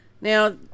Now